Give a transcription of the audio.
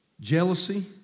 Jealousy